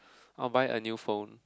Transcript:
I will buy a new phone